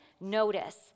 notice